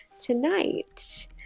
tonight